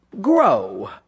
grow